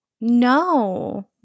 No